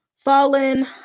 fallen